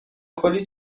کلی